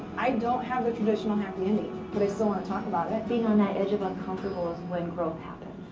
i don't have the traditional happy ending but i still wanna talk about it. being on that edge of uncomfortable is when growth happens.